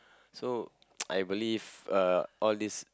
so I believe uh all these